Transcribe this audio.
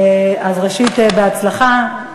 אז ראשית, בהצלחה.